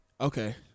Okay